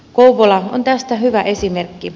kouvola on tästä hyvä esimerkki